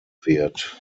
wird